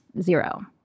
zero